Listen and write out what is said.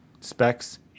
specs